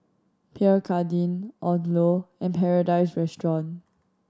Pierre Cardin Odlo and Paradise Restaurant